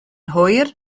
hwyr